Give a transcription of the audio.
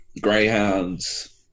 Greyhounds